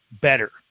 better